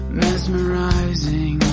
mesmerizing